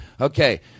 Okay